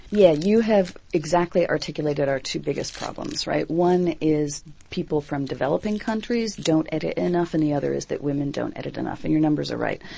yeah you have exactly articulated our two biggest problems. one is people from developing countries don't edit enough and the other is that women don't edit enough, and your numbers are right.